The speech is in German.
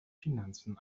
finanzen